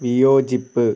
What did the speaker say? വിയോജിപ്പ്